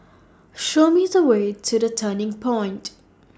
Show Me The Way to The Turning Point